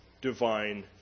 divine